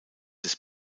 des